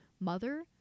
mother